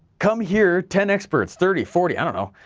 come hear, ten experts, thirty, forty, i don't know,